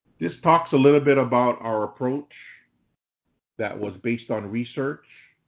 this talks a little bit about our approach that was based on research.